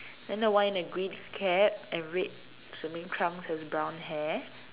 then the one with the green cap and red swimming trunks has brown hair